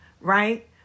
right